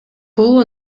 бул